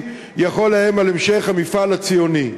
יכולים לאיים על המשך המפעל הציוני.